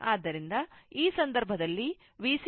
ಆದ್ದರಿಂದ ಈ ಸಂದರ್ಭದಲ್ಲಿ VC ∞ 0 ಆಗಿರುತ್ತದೆ